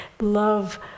love